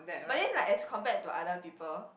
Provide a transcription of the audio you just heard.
but then like as compared to other people